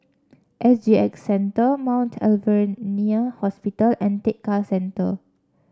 S G X Center Mount Alvernia Hospital and Tekka Center